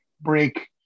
break